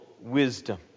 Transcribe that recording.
wisdom